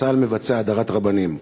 צה"ל מבצע הדרת רבנים.